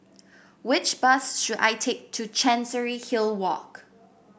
which bus should I take to Chancery Hill Walk